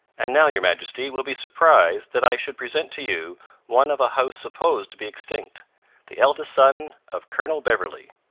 and now, your majesty will be surprised that i should present to you one of a house supposed to be extinct the eldest son of colonel beverley.